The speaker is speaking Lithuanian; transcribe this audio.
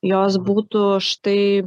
jos būtų štai